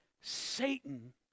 Satan